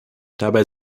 dabei